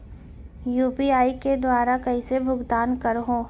UPI के दुवारा कइसे भुगतान करहों?